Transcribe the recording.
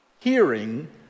Hearing